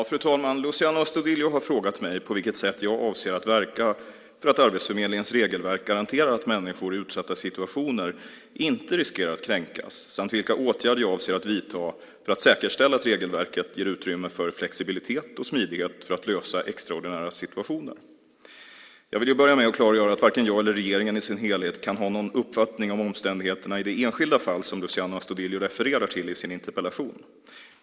Fru talman! Luciano Astudillo har frågat mig på vilket sätt jag avser att verka för att Arbetsförmedlingens regelverk garanterar att människor i utsatta situationer inte riskerar att kränkas samt vilka åtgärder jag avser att vidta för att säkerställa att regelverket ger utrymme för flexibilitet och smidighet för att lösa extraordinära situationer. Jag vill börja med att klargöra att varken jag eller regeringen i sin helhet kan ha någon uppfattning om omständigheterna i det enskilda fall som Luciano Astudillo refererar till i sin interpellation.